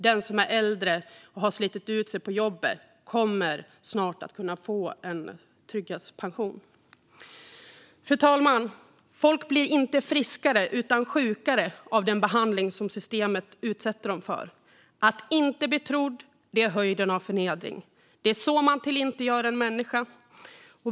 Den som är äldre och har slitit ut sig på jobbet kommer snart att kunna få en trygghetspension. Fru talman! Folk blir inte friskare utan sjukare av den behandling som systemet utsätter dem för. Att inte bli trodd är höjden av förnedring. Det är så man tillintetgör en människa.